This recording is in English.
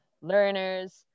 learners